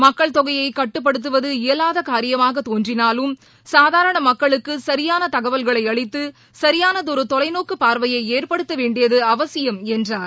மக்கள் தொகையை கட்டுப்படுத்துவது இயலாத காரியமாக தோன்றினாலும் சாதாரண மக்களுக்கு சரியான தகவல்களை அளித்து சரியானதொரு தொலைநோக்குப் பார்வையை ஏற்படுத்த வேண்டியது அவசியம் என்றார்